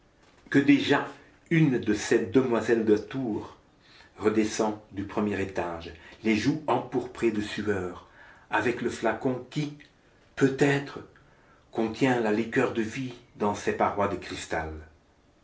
que déjà une de ses demoiselles d'atour redescend du premier étage les joues empourprées de sueur avec le flacon qui peut-être contient la liqueur de vie dans ses parois de cristal